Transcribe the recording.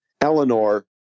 Eleanor